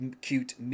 cute